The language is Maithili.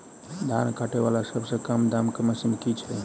धान काटा वला सबसँ कम दाम केँ मशीन केँ छैय?